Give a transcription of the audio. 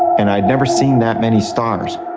and i'd never seen that many stars.